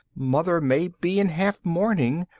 mother may be in half-mourning,